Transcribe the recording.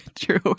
true